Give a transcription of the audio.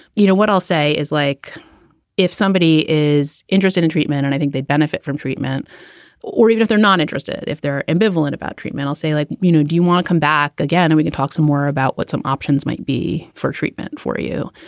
you know, what i'll say is like if somebody is interested in treatment and i think they'd benefit from treatment or even if they're not interested if they're ambivalent about treatment, i'll say, like, you know, do you wanna come back again? and we can talk some more about what some options might be for treatment for you.